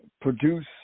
Produce